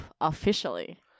officially